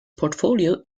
portfolio